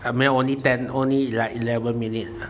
err 没有 only ten only ele~ eleven minute ah